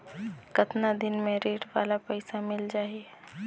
कतना दिन मे ऋण वाला पइसा मिल जाहि?